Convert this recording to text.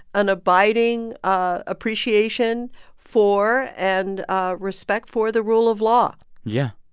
an abiding appreciation for and ah respect for the rule of law yeah,